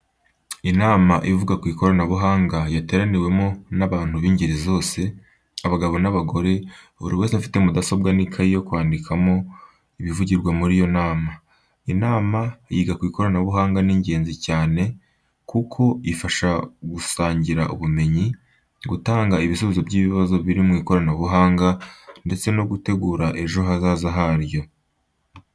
Inama ivuga ku ikoranabuhanga yateraniwemo n'abantu b'ingeri zose, abagabo n'abagore, buri wese afite mudasobwa n'ikayi yo kwandikamo ibivugirwa muri iyo nama. Inama yiga ku ikoranabuhanga ni ingenzi cyane kuko ifasha gusangira ubumenyi, gutanga ibisubizo by’ibibazo biri mu ikoranabuhanga ndetse no gutegura ejo hazaza haryo.